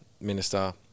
Minister